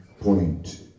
point